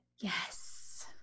Yes